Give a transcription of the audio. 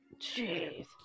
Jeez